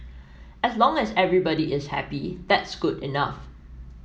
as long as everybody is happy that's good enough